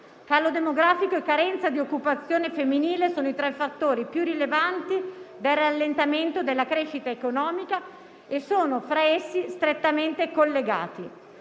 Calo demografico e carenza di occupazione femminile sono tra i fattori più rilevanti del rallentamento della crescita economica; e sono fra essi strettamente collegati».